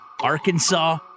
Arkansas